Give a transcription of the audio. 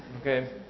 Okay